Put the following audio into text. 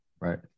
Right